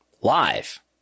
live